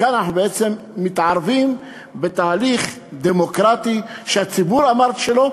כאן אנחנו מתערבים בתהליך דמוקרטי שהציבור אמר את שלו,